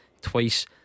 Twice